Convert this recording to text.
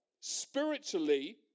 Spiritually